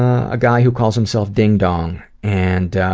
a guy who calls himself dingdong and